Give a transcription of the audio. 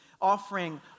offering